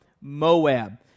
Moab